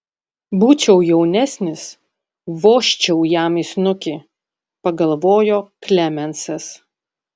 būčiau jaunesnis vožčiau jam į snukį pagalvojo klemensas